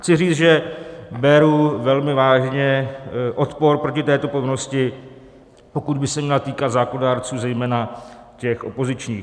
Chci říci, že beru velmi vážně odpor proti této povinnosti, pokud by se měla týkat zákonodárců, zejména těch opozičních.